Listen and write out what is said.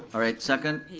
alright, second?